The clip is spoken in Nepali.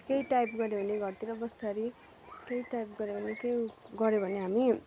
केही टाइप गऱ्यो भने घरतिर बस्दाखेरि केही टाइप गऱ्यो भने केही गऱ्यो भने हामी